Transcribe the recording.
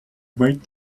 wait